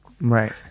Right